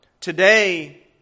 Today